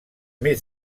més